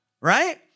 right